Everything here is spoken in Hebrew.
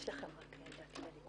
יש לכם רק שניים.